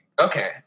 Okay